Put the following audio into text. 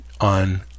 on